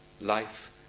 Life